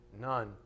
none